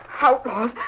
Outlaws